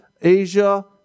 Asia